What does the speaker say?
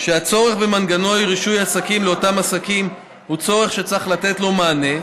שהצורך במנגנון הרישוי הארצי לאותם עסקים הוא צורך שיש לתת לו מענה,